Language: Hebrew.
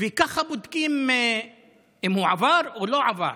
וככה בודקים אם הם עברו או לא עברו.